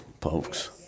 folks